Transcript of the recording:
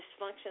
dysfunction